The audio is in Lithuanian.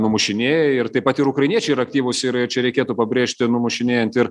numušinėja ir taip pat ir ukrainiečiai yra aktyvūs ir čia reikėtų pabrėžti numušinėjant ir